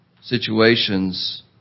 situations